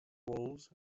rose